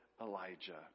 Elijah